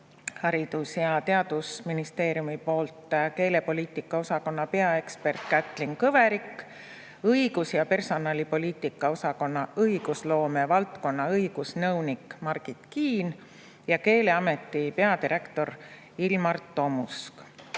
Haridus‑ ja Teadusministeeriumi keelepoliitika osakonna peaekspert Kätlin Kõverik ja õigus‑ ja personalipoliitika osakonna õigusloome valdkonna õigusnõunik Margit Kiin ning Keeleameti peadirektor Ilmar Tomusk.